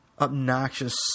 obnoxious